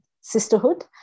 sisterhood